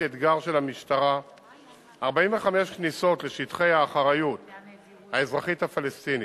"אתגר" של המשטרה 45 כניסות לשטחי האחריות האזרחית הפלסטינית.